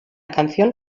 canción